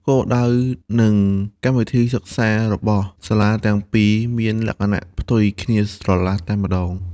គោលដៅនិងកម្មវិធីសិក្សារបស់សាលាទាំងពីរមានលក្ខណៈផ្ទុយគ្នាស្រឡះតែម្តង។